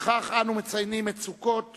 וכך אנו מציינים את סוכות